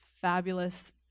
fabulous